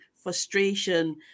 frustration